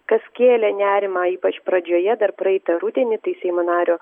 kas kėlė nerimą ypač pradžioje dar praeitą rudenį tai seimo nario